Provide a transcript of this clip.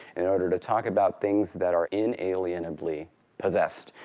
in order to talk about things that are inalienably possessed.